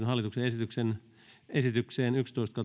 hallituksen esitykseen